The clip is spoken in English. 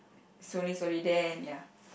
slowly slowly then ya